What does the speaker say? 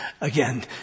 Again